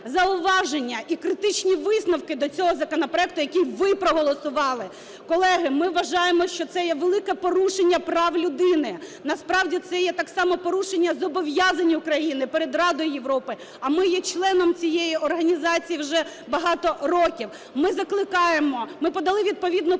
зауваження і критичні висновки до цього законопроекту, який ви проголосували. Колеги, ми вважаємо, що це є велике порушення прав людини, насправді це є так само порушення зобов'язань України перед Радою Європи, а ми є членом цієї організації вже багато років. Ми закликаємо, ми подали відповідну постанову